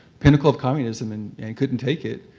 pinnacle of communism, and couldn't take it.